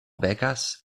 bekas